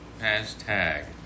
hashtag